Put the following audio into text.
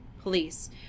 police